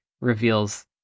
reveals